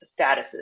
statuses